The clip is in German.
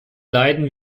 leiden